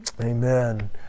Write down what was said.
Amen